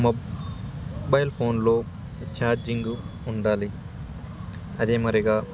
mobile ఫోన్లో charging ఉండాలి అదేమారిగా